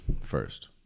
first